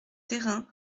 thérain